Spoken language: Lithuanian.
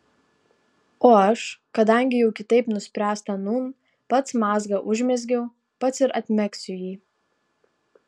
o aš kadangi jau kitaip nuspręsta nūn pats mazgą užmezgiau pats ir atmegsiu jį